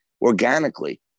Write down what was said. organically